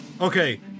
Okay